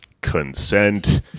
consent